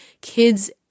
kids